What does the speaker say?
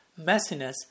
messiness